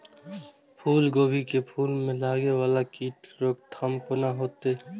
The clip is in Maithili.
फुल गोभी के फुल में लागे वाला कीट के रोकथाम कौना हैत?